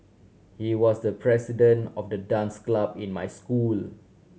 he was the president of the dance club in my school